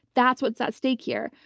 that's what's at stake here.